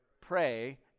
Pray